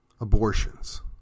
abortions